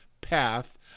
path